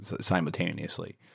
Simultaneously